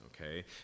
okay